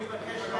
אני מבקש,